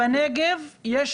בנגב אין